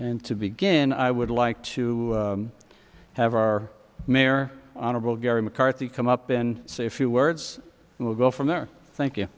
and to begin i would like to have our mayor honorable gary mccarthy come up and say a few words and we'll go from there thank